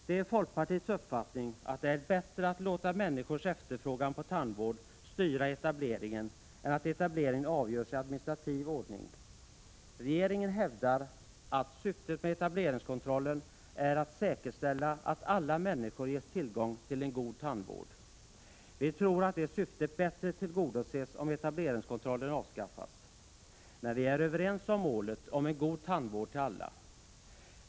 Det är folkpartiets uppfattning att det är bättre att låta människors efterfrågan på tandvård styra etableringen än att etablering avgörs i administrativ ordning. Regeringen hävdar att syftet med etableringskontrollen är att säkerställa att alla människor ges tillgång till en god tandvård. Vi tror att det syftet bättre tillgodoses om etableringskontrollen avskaffas. Men vi är överens om målet om en god tandvård till alla.